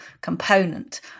component